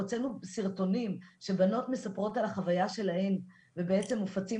אנחנו הוצאנו סרטונים של בנות שמספרות על החוויה שלהן ובעצם מופצים